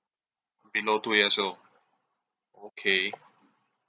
below two years old okay